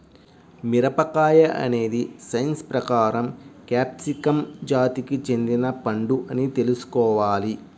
మిరపకాయ అనేది సైన్స్ ప్రకారం క్యాప్సికమ్ జాతికి చెందిన పండు అని తెల్సుకోవాలి